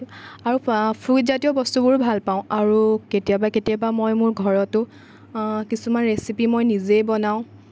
আৰু ফ্ৰুইট জাতীয় বস্তুবোৰ ভাল পাওঁ আৰু কেতিয়াবা কেতিয়াবা মই মোৰ ঘৰতো কিছুমান ৰেচিপি মই নিজেই বনাওঁ